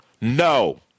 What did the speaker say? No